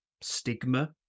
stigma